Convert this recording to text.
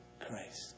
Christ